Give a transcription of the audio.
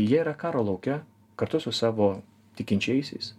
jie yra karo lauke kartu su savo tikinčiaisiais